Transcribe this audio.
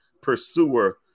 pursuer